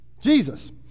Jesus